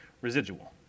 residual